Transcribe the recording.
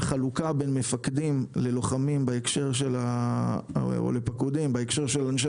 החלוקה בין מפקדים ללוחמים או לפקודים בהקשר של אנשי